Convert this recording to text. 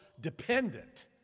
dependent